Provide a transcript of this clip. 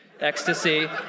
ecstasy